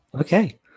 Okay